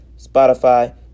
Spotify